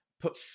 put